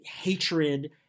hatred